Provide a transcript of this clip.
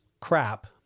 crap